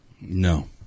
No